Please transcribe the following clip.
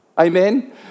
Amen